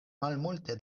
malmulte